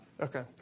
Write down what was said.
Okay